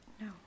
No